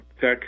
Tech